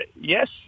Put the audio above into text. Yes